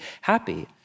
happy